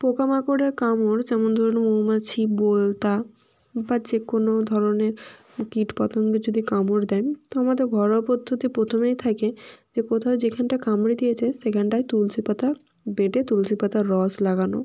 পোকা মাকড়ে কামড় যেমন ধরুন মৌমাছি বোলতা বা যে কোন ধরনের কীট পতঙ্গ যদি কামড় দেয় তো আমাদের ঘরোয়া পদ্ধতি প্রথমেই থাকে যে কোথায় যেখানটা কামড়ে দিয়েছে সেখানটায় তুলসী পাতা বেটে তুলসী পাতার রস লাগানো